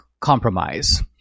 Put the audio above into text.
compromise